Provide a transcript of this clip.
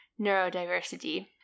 neurodiversity